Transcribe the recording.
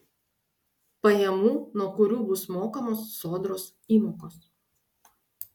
pajamų nuo kurių bus mokamos sodros įmokos